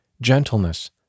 gentleness